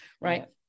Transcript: right